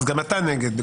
אז גם אתה נגד.